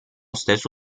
stesso